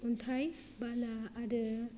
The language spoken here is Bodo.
अन्थाइ बाला आरो